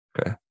Okay